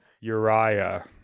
Uriah